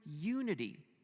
unity